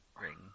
ring